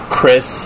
Chris